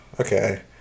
okay